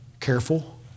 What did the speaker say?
Careful